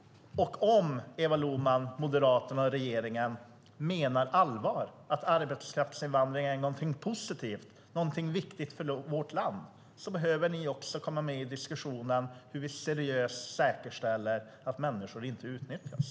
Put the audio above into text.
Om Eva Lohman, Moderaterna och regeringen menar allvar, att arbetskraftsinvandringen är något positivt, något viktigt för vårt land, behöver ni också komma med i diskussionen om hur vi seriöst säkerställer att människor inte utnyttjas.